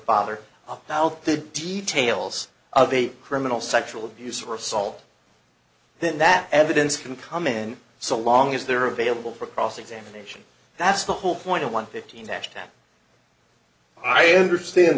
father out the details of the criminal sexual abuse or assault then that evidence can come in so long as they're available for cross examination that's the whole point of one fifteen i understand